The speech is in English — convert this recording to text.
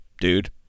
dude